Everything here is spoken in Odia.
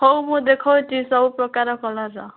ହେଉ ମୁଁ ଦେଖାଉଛି ସବୁ ପ୍ରକାରର କଲର୍ର